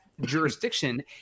jurisdiction